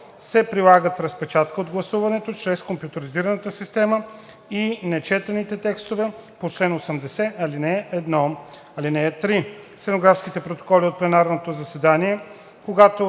се прилагат разпечатката от гласуването чрез компютризираната система и нечетените текстове по чл. 80, ал. 1. (3) Стенографските протоколи от пленарните заседания, когато